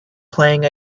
playing